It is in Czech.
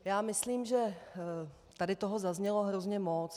Já myslím, že tady toho zaznělo hrozně moc.